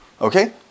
Okay